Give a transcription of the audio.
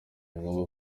ngombwa